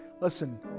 listen